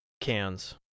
cans